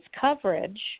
coverage